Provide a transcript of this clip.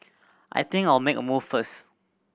I think I'll make a move first